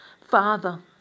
Father